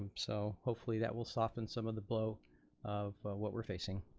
um so hopefully that will soften some of the blow of what we're facing.